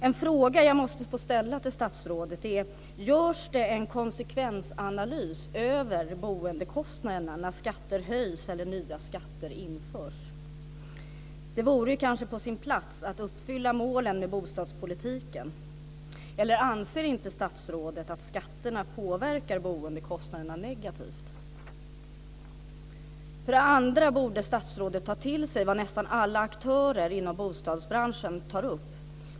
En fråga som jag måste få ställa till statsrådet är: Görs det en konsekvensanalys av boendekostnaderna när skatter höjs eller när nya skatter införs? Det vore kanske på sin plats att uppfylla målen med bostadspolitiken. Eller anser inte statsrådet att skatterna påverkar boendekostnaderna negativt? Statsrådet borde ta till sig vad nästan alla aktörer inom bostadsbranschen tar upp.